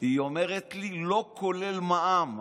היא אומרת לי: לא כולל מע"מ.